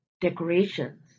decorations